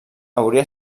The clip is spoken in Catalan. hauria